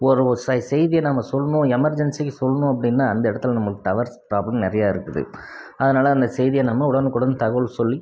ஒரு ஒரு செய்தியை நம்ம சொல்லணும் எமெர்ஜென்சிக்கு சொல்லணும் அப்படின்னா அந்த இடத்துல நமக்கு டவர் ப்ராப்ளம் நிறைய இருக்குது அதனால் அந்த செய்தியை நம்ம உடனுக்குடன் தகவல் சொல்லி